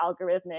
algorithmic